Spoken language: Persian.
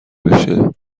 بشه